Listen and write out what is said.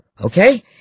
okay